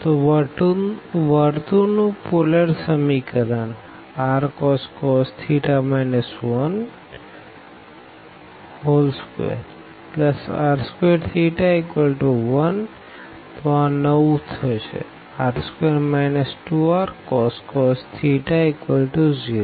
તો સર્કલ નું polar equation rcos 12r2 1તો આ આવું થશે r2 2rcos 0